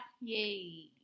Yay